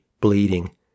bleeding